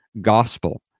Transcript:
gospel